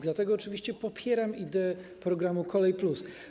Dlatego oczywiście popieram ideę programu ˝Kolej+˝